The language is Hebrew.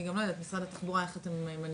אני גם לא יודעת משרד התחבורה איך אתם מנגישים,